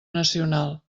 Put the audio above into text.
nacional